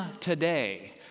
today